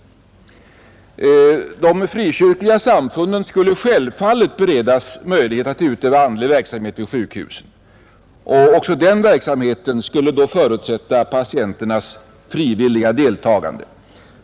Som jag nyss framhöll uttalades det att de frikyrkliga samfunden självfallet skulle beredas möjlighet att utöva andlig verksamhet vid sjukhusen, och även den verksamheten skulle då förutsätta patienternas frivilliga deltagande.